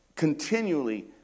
continually